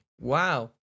Wow